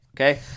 Okay